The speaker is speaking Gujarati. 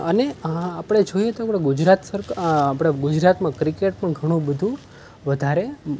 અને આપણે જોઈએ તો આપણા ગુજરાત આપણા ગુજરાતમાં ક્રિકેટ પણ ઘણું બધું વધારે